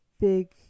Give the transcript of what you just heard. big